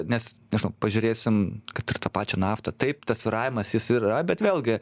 nes nežinau pažiūrėsim kad ir tą pačią naftą taip tas svyravimas jis yra bet vėlgi